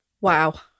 wow